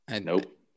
Nope